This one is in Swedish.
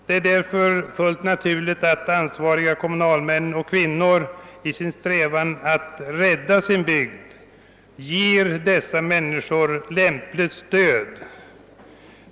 Det är därför fullt naturligt att ansvariga kommunalmän och kommunalkvinnor i sin strävan att rädda sin bygd ger dessa människor lämpligt stöd.